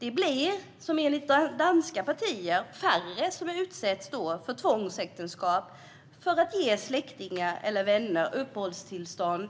Det blir, enligt danska partier, färre som utsätts för tvångsäktenskap för att ge släktingar eller vänner uppehållstillstånd